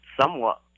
somewhat